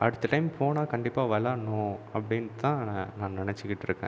அடுத்த டைம் போனால் கண்டிப்பாக விளையாடணும் அப்டின்னு தான் நான் நினைச்சிக்கிட்ருக்கேன்